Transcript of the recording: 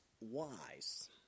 wise